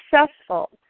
successful